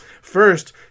First